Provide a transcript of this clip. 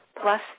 Plus